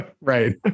Right